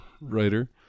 writer